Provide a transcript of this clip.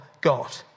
God